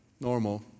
normal